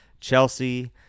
Chelsea